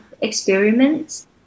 experiments